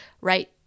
Right